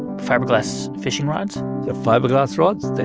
fiberglass fishing rods? the fiberglass rods,